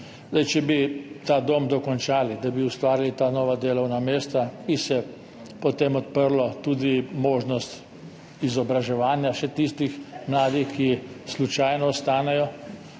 Če bi ta dom dokončali, da bi ustvarili ta nova delovna mesta, bi se potem odprla tudi možnost izobraževanja še tistih mladih, ki slučajno ostanejo,